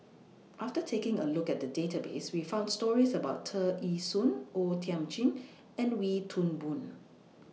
after taking A Look At The Database We found stories about Tear Ee Soon O Thiam Chin and Wee Toon Boon